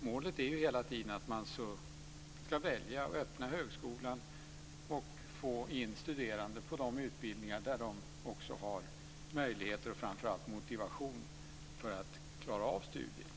Målet är hela tiden att man ska välja att öppna högskolan och få in studerande på de utbildningar där de har möjligheter och framför allt motivation för att klara av studierna.